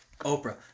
Oprah